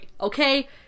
okay